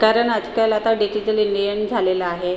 कारण आजकाल आता डिजीटलेलियन झालेलं आहे